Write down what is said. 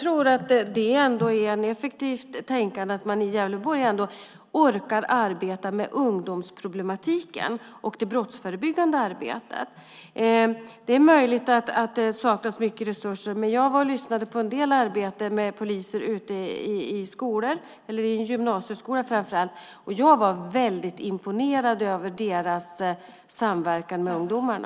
Det är ändå ett effektivt tänkande att man i Gävleborg orkar arbeta med ungdomsproblematiken och det brottsförebyggande arbetet. Det är möjligt att det saknas resurser. Jag lyssnade på en del arbete som polisen gjorde i gymnasieskolan. Jag var väldigt imponerad av deras samverkan med ungdomarna.